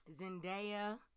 Zendaya